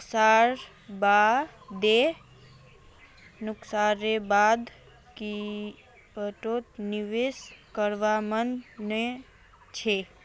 नुकसानेर बा द क्रिप्टोत निवेश करवार मन नइ छ